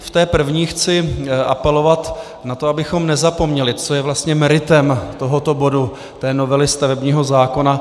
V té první chci apelovat na to, abychom nezapomněli, co je vlastně meritem tohoto bodu, té novely stavebního zákona.